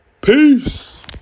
Peace